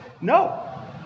No